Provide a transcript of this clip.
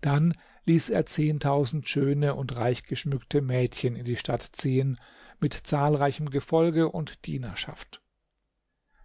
dann ließ er zehntausend schöne und reichgeschmückte mädchen in die stadt ziehen mit zahlreichem gefolge und dienerschaft